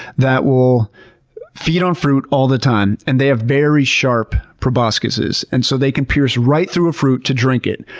that will feed on fruit all the time. and they have very sharp proboscises. and so they can pierce right through a fruit to drink it.